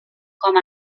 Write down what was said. com